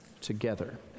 together